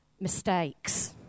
mistakes